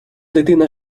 дитина